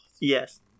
Yes